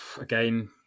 again